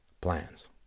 plans